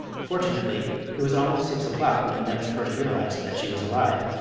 fortunately it was almost six o'clock when the dummy first realized that she was alive,